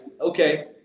okay